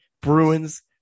Bruins